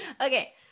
Okay